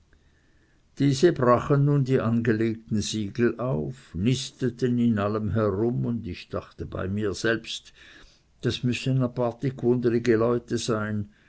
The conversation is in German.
diese brachen nun die angelegten siegel auf nisteten in allem herum und ich dachte bei mir selbst das müßten aparti g'wundrig leute sein